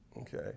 okay